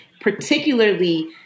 particularly